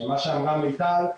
מה שאמרה מיטל,